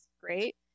great